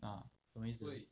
ah 什么意思